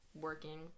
working